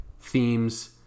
themes